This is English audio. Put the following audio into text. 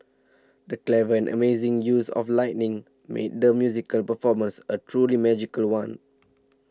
the clever and amazing use of lighting made the musical performance a truly magical one